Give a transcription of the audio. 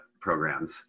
programs